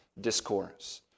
discourse